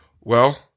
Well-